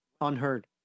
unheard